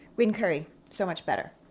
green curry so much better.